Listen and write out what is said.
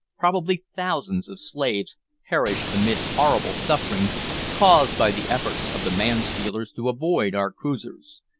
probably thousands, of slaves perish amid horrible sufferings caused by the efforts of the man-stealers to avoid our cruisers.